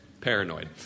paranoid